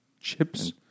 Chips